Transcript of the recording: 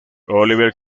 oliver